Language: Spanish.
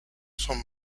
son